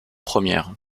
première